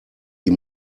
die